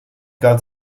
galt